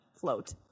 float